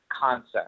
concept